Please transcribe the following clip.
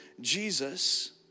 Jesus